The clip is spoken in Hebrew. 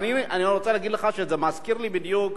אני רוצה להגיד לך שזה מזכיר לי בדיוק